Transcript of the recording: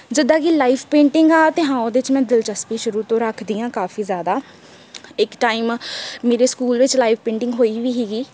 ਜਿੱਦਾਂ ਕਿ live painting ਆ ਅਤੇ ਹਾਂ ਉਹਦੇ 'ਚ ਮੈਂ ਦਿਲਚਸਪੀ ਸ਼ੁਰੂ ਤੋਂ ਰੱਖਦੀ ਹਾਂ ਕਾਫੀ ਜ਼ਿਆਦਾ ਇੱਕ ਟਾਈਮ ਮੇਰੇ ਸਕੂਲ ਵਿੱਚ ਲਾਈਵ ਪੇਂਟਿੰਗ ਹੋਈ ਵੀ ਸੀਗੀ